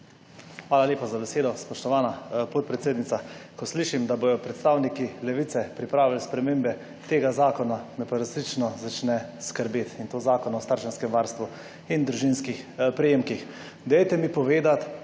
Hvala lepa za besedo, spoštovana podpredsednica. Ko slišim, da bodo predstavniki Levice pripravili spremembe tega zakona, me pa resnično začne skrbeti, in to Zakona o starševskem varstvu in družinskih prejemkih. Dajte mi povedati,